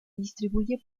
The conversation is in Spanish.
distribuye